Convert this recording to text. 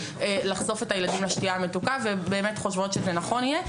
לחשוף את הילדים לשתייה המתוקה ובאמת חושבות שנכון שזה יהיה.